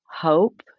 hope